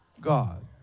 God